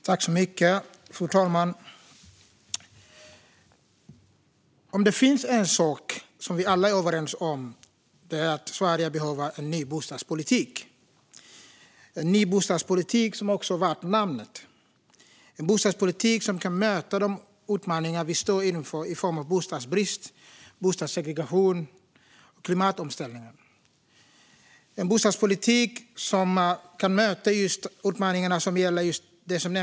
Fru talman! Om det finns en sak som vi alla är överens om är det att Sverige behöver en ny bostadspolitik. Vi behöver en ny bostadspolitik som är värd namnet - en bostadspolitik som kan möta de utmaningar vi står inför i form av bostadsbrist, bostadssegregation och klimatomställningar. Vi behöver en bostadspolitik som kan möta de utmaningar som nämndes här tidigare.